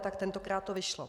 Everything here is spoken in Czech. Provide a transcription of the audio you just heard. Tak tentokrát to vyšlo.